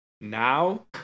now